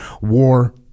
war